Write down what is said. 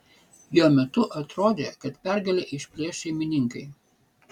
jo metu atrodė kad pergalę išplėš šeimininkai